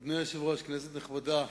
אדוני היושב-ראש, כנסת נכבדה,